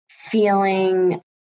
feeling